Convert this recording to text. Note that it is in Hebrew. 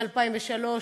מ-2003.